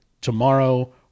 tomorrow